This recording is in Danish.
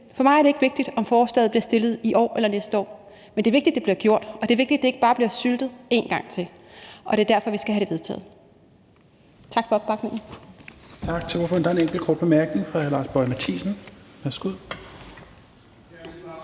For mig er det ikke vigtigt, om forslaget bliver fremsat i år eller til næste år, men det vigtigt, at det bliver gjort, og det er vigtigt, at det ikke bare bliver syltet en gang til. Og det er derfor, at vi skal have det vedtaget. Tak for opbakningen.